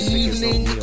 evening